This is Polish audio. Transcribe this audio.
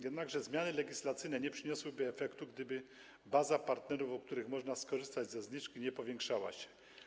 Jednakże zmiany legislacyjne nie przyniosłyby efektu, gdyby baza partnerów, u których można skorzystać ze zniżki, nie powiększała się.